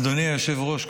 אדוני היושב-ראש,